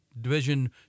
Division